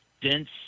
dense